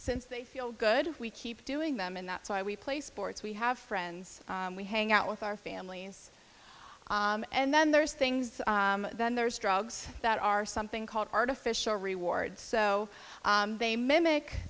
since they feel good we keep doing them and that's why we play sports we have friends we hang out with our families and then there's things then there's drugs that are something called artificial rewards so they mimic